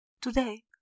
Today